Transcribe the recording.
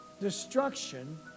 destruction